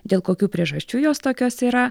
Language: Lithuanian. dėl kokių priežasčių jos tokios yra